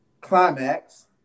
climax